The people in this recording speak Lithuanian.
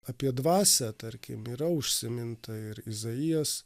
apie dvasią tarkim yra užsiminta ir izaijas